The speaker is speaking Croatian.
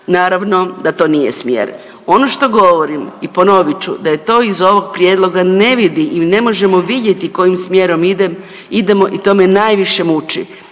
naravno da to nije smjer. Ono što govorim i ponovit ću da je to iz ovog prijedloga ne vidi i ne možemo vidjeti kojim smjerom idemo i to me najviše muči